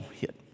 hit